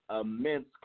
immense